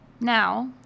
Now